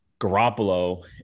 Garoppolo